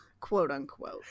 quote-unquote